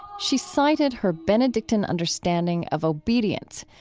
she cited her benedictine understanding of obedience,